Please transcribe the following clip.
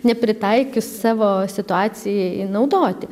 nepritaikius savo situacijai jį naudoti